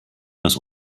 dass